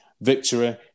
victory